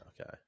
okay